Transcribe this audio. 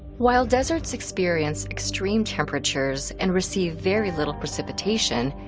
while deserts experience extreme temperatures and receive very little precipitation,